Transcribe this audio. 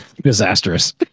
disastrous